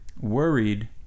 worried